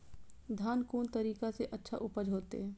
धान कोन तरीका से अच्छा उपज होते?